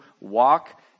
walk